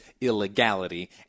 illegality